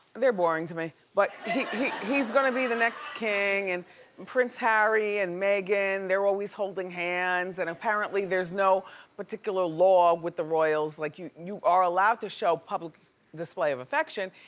they're boring to me. but he's gonna be the next king and prince harry and meghan, they're always holding hands, and apparently, there's no particular law with the royals. like you you are allowed to show public display of affection.